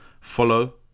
follow